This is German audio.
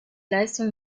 leistung